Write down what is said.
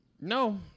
No